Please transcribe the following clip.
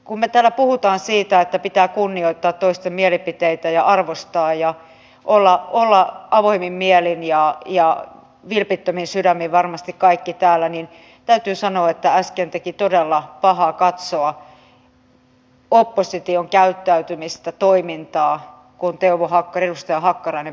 kun me täällä puhumme siitä että pitää kunnioittaa toisten mielipiteitä ja arvostaa ja olla avoimin mielin ja vilpittömin sydämin varmasti kaikki täällä niin täytyy sanoa että äsken teki todella pahaa katsoa opposition käyttäytymistä toimintaa kun edustaja teuvo hakkarainen piti puheenvuoroa